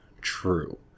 true